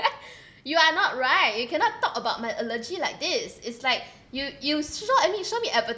you are not right you cannot talk about my allergy like this it's like you you show at me show me